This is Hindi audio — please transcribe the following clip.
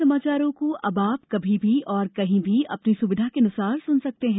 हमारे समाचारों को अब आप कभी भी और कहीं भी अपनी सुविधा के अनुसार सुन सकते हैं